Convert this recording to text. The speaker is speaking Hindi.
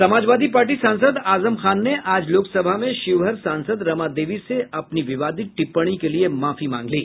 समाजवादी पार्टी सांसद आजम खान ने आज लोकसभा में शिवहर सांसद रमा देवी से अपनी विवादित टिप्पणी के लिए माफी मांग ली